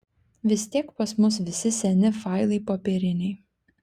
vis tiek pas mus visi seni failai popieriniai